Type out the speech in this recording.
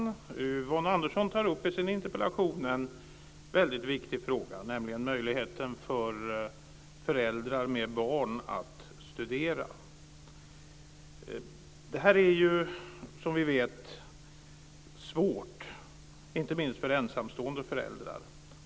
Fru talman! Yvonne Andersson tar i sin interpellation upp en viktig fråga, nämligen möjligheten för föräldrar med barn att studera. Det är svårt, inte minst för ensamstående föräldrar.